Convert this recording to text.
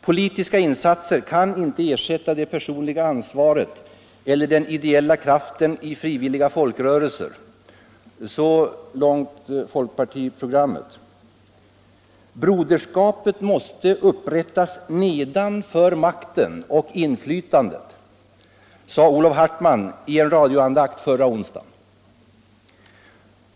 Politiska insatser kan inte ersätta det personliga ansvaret eller den ideella kraften i frivilliga folkrörelser.” Så långt folkpartiprogrammet. ”Broderskapet måste upprättas nedanför makten och inflytandet”, sade Olov Hartman i en radioandakt förra onsdagen.